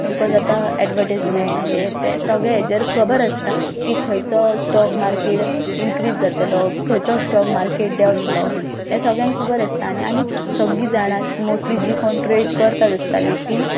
because आतां advertisement हें तें सगळें हेजेर खबर आसता की खंयचो स्टॉक मार्केट इन्क्रीझ जातलो खंयचो स्टॉक मार्केट देंवतलो हें सगळ्यांक खबर आसता आनी आनी सगळीं जाणां मोस्टली जी कोण ट्रेड करतात आसतालीं तीं